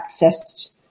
accessed